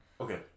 Okay